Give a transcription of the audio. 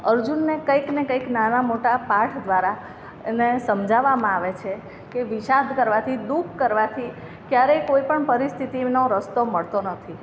અર્જુનને કંઈકને કંઈક નાના મોટા પાઠ દ્વારા એને સમજાવવામાં આવે છે કે વિષાદ કરવાથી દુઃખ કરવાથી ક્યારેય કોઈપણ પરિસ્થિતિનો રસ્તો મળતો નથી